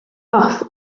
off